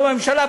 לא בממשלה,